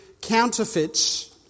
counterfeits